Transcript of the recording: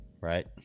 Right